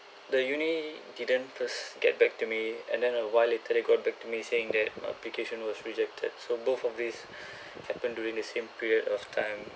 the uni didn't first get back to me and then a while later they got back to me saying that my application was rejected so both of this happened during the same period of time